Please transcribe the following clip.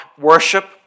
worship